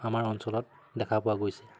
আমাৰ অঞ্চলত দেখা পোৱা গৈছে